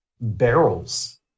barrels